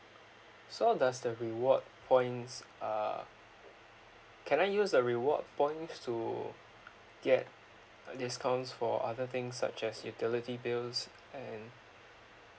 so does the reward points uh can I use the rewards point to get discounts for other things such as utility bills and